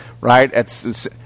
right